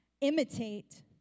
imitate